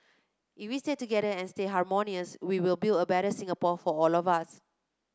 if we stay together and stay harmonious we will build a better Singapore for all of us